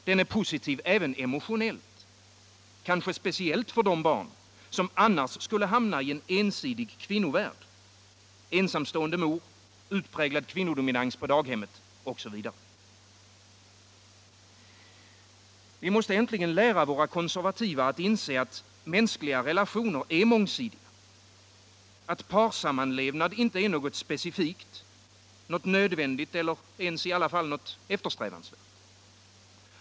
Den är positiv även emotionellt — kanske speciellt för de barn som annars skulle hamna i en ensidig kvinnovärld — ensamstående mor, utpräglad kvinnodominans på daghemmet osv. Vi måste äntligen lära våra konservativa att inse, att mänskliga relationer är mångsidiga. Att parsammanlevnad inte är något specifikt, något nödvändigt eller ens något eftersträvansvärt.